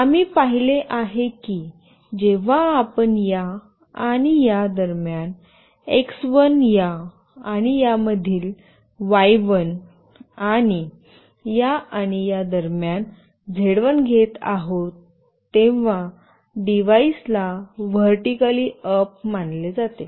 आम्ही पाहिले आहे की जेव्हा आपण या आणि या दरम्यान एक्स 1 या आणि यामधील y1 आणि या आणि या दरम्यान झेड 1 घेत आहोत तेव्हा डिव्हाइसला व्हर्टीकली अप मानले जाते